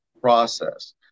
process